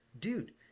dude